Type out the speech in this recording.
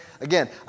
again